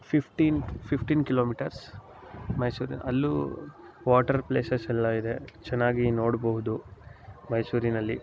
fifteen fifteen kilometres ಮೈಸೂರಿನ ಅಲ್ಲೂ water places ಎಲ್ಲ ಇದೆ ಚೆನ್ನಾಗಿ ನೋಡಬಹುದು ಮೈಸೂರಿನಲ್ಲಿ